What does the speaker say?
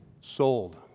Sold